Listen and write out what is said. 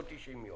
לא 90 יום?